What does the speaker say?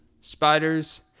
Spiders